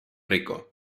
rico